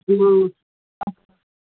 ꯑꯗꯨ ꯑꯁ